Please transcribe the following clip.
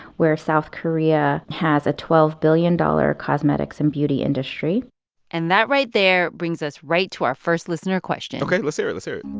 where south korea has a twelve billion dollars cosmetics and beauty industry and that right there brings us right to our first listener question ok. let's hear it. let's hear